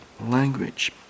language